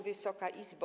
Wysoka Izbo!